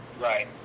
Right